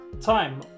time